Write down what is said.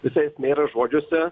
visa esmė yra žodžiuose